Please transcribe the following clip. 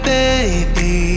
baby